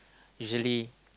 usually